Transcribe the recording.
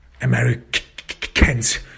Americans